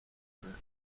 inkwano